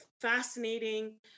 fascinating